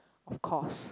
of course